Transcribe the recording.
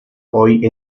hoy